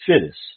fittest